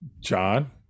john